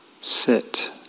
sit